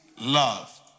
love